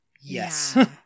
Yes